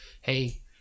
hey